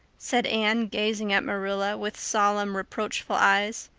said anne, gazing at marilla with solemn, reproachful eyes.